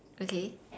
okay